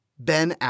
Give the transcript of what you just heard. Ben